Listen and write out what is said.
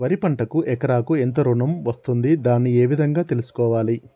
వరి పంటకు ఎకరాకు ఎంత వరకు ఋణం వస్తుంది దాన్ని ఏ విధంగా తెలుసుకోవాలి?